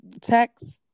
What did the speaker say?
text